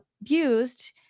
abused